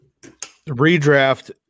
Redraft